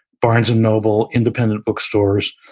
barnes and noble, independent bookstores,